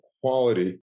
quality